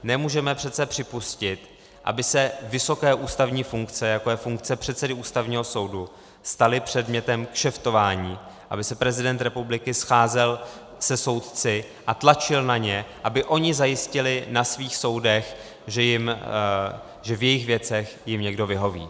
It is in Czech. Nemůžeme přece připustit, aby se vysoké ústavní funkce, jako je funkce předsedy Ústavního soudu, staly předmětem kšeftování, aby se prezident republiky scházel se soudci a tlačil na ně, aby oni zajistili na svých soudech, že v jejich věcech jim někdo vyhoví.